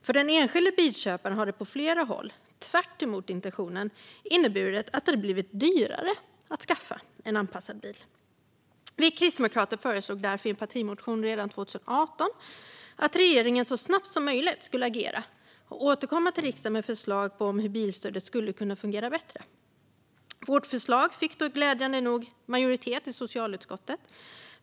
För den enskilde bilköparen har det i flera fall, tvärtemot intentionen, inneburit att det har blivit dyrare att skaffa en anpassad bil. Vi kristdemokrater föreslog därför i en partimotion redan 2018 att regeringen så snabbt som möjligt skulle agera och återkomma till riksdagen med förslag på hur bilstödet skulle kunna fungera bättre. Vårt förslag fick glädjande nog majoritet i socialutskottet.